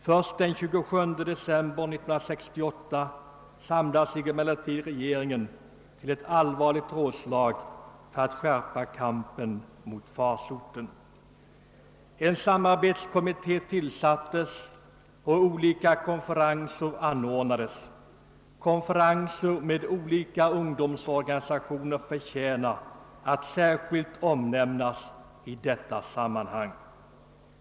Först den 27 december 1968 samlade sig regeringen till ett allvarligt rådslag för att skärpa kampen mot farsoten. En samarbetskommitté tillsattes, och olika konferenser anordnades. Konferenser med olika ungdomsgrupper förtjänar att särskilt omnämnas i detta sammanhang.